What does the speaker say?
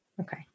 Okay